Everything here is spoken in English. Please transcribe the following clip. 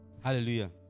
Hallelujah